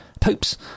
Popes